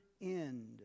end